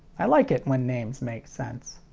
i like it when names make sense.